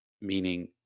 meaning